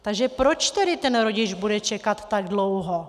Takže proč tedy ten rodič bude čekat tak dlouho?